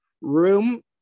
room